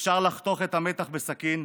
אפשר לחתוך את המתח בסכין.